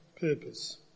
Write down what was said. purpose